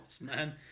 man